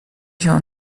się